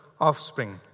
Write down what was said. offspring